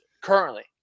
Currently